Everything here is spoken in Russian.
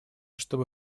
чтобы